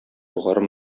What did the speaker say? югары